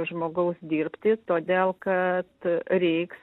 žmogaus dirbti todėl kad reiks